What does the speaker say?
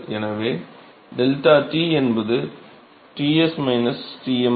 எனவே ΔT என்பது Ts Tm ஆகும்